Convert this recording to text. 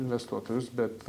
investuotojus bet